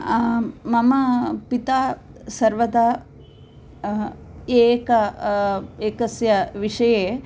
मम पिता सर्वदा एक एकस्य विषये